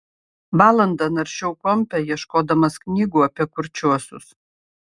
valandą naršiau kompe ieškodamas knygų apie kurčiuosius